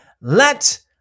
Let